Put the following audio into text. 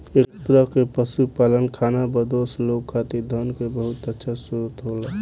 एह तरह के पशुपालन खानाबदोश लोग खातिर धन के बहुत अच्छा स्रोत होला